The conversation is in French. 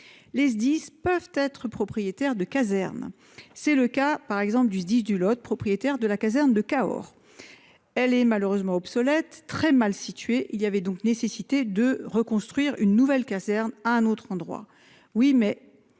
les SDIS peuvent être propriétaire de caserne. C'est le cas par exemple du SDIS du Lot, propriétaire de la caserne de Cahors. Elle est malheureusement obsolète très mal situé, il y avait donc nécessité de reconstruire une nouvelle caserne à un autre endroit. Oui mais.